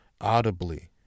audibly